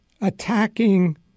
attacking